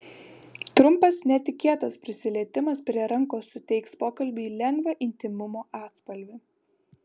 trumpas netikėtas prisilietimas prie rankos suteiks pokalbiui lengvą intymumo atspalvį